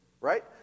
right